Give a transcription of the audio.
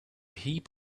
heap